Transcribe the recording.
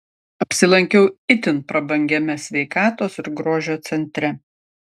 apsilankiau itin prabangiame sveikatos ir grožio centre